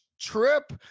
trip